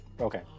Okay